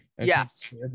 yes